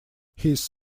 his